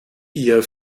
ihr